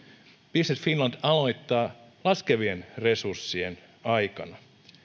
business finland aloittaa laskevien resurssien aikana on